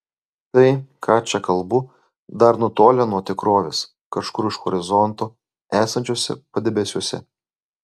tai ką čia kalbu dar nutolę nuo tikrovės kažkur už horizonto esančiuose padebesiuose